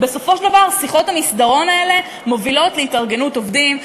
בסופו של דבר שיחות המסדרון האלה מובילות להתארגנות עובדים,